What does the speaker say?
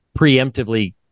preemptively